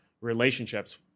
relationships